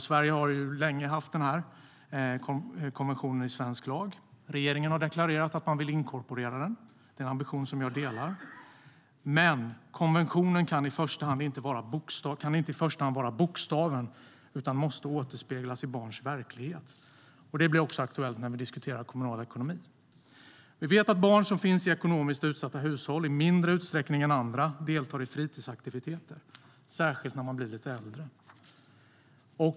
Sverige har länge haft konventionen i svensk lag. Regeringen har deklarerat att de vill inkorporera den. Det är en ambition som jag delar. Men konventionen kan inte i första hand vara bokstäver utan måste återspeglas i barns verklighet. Det blir aktuellt också när vi diskuterar kommunal ekonomi. Vi vet att barn i ekonomiskt utsatta hushåll deltar i fritidsaktiviteter i mindre utsträckning än andra, särskilt när de blir lite äldre.